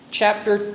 chapter